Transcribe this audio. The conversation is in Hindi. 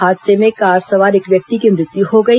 हादसे में कार सवार एक व्यक्ति की मृत्यु हो गई